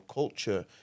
culture